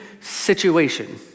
situation